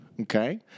Okay